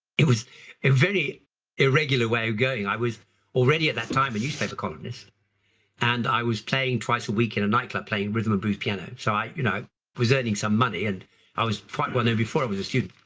it was a very irregular way going. i was already, at that time, a newspaper columnist and i was playing twice a week in a nightclub, playing rhythm and blues piano. so i you know was earning some money and i was quite well known before i was a student.